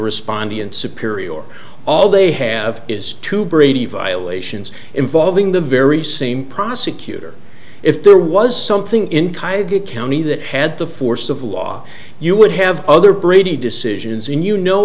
responding in superior or all they have is to brady violations involving the very same prosecutor if there was something in cuyahoga county that had the force of law you would have other brady decisions in you know